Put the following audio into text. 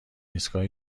ایستگاه